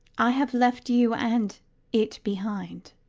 i have left you and it behind.